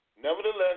Nevertheless